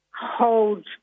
holds